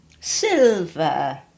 Silver